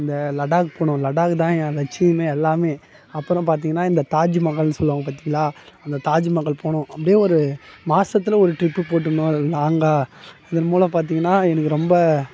இந்த லடாக் போகணும் லடாக் தான் என் லட்சியம் எல்லாம் அப்புறோம் பார்த்தீங்கனா இந்த தாஜ்மஹால்னு சொல்லுவாங்க பார்த்தீங்களா அந்த தாஜ்மஹால் போகணும் அப்படியே ஒரு மாசத்தில் ஒரு ட்ரிப்பு போட்டுரணும் அது லாங்காக இதன் மூலம் பார்த்தீங்கனா எனக்கு ரொம்ப